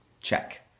Check